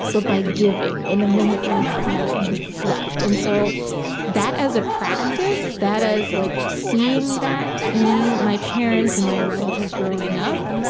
but by giving in a moment when you have nothing left and so that as a practice, that as like seeing that in my parents and my relatives, growing up,